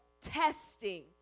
Testing